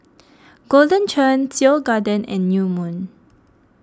Golden Churn Seoul Garden and New Moon